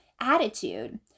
attitude